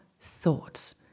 thoughts